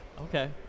okay